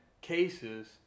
cases